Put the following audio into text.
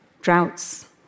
Droughts